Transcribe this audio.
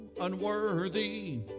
unworthy